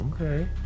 Okay